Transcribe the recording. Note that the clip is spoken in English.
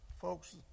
Folks